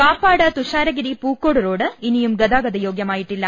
Kappad Thusharagiri Pookode road ഇനിയും ഗതാഗത യോഗൃമായിട്ടില്ല